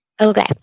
Okay